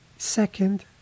Second